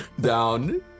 down